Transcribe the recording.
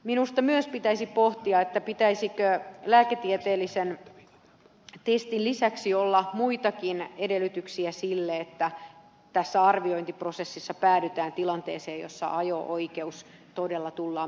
minusta pitäisi myös pohtia pitäisikö lääketieteellisen testin lisäksi olla muitakin edellytyksiä sille että tässä arviointiprosessissa päädytään tilanteeseen jossa ajo oikeus todella tullaan myöntämään